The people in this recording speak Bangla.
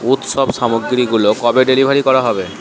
উৎসব সামগ্রীগুলো কবে ডেলিভারি করা হবে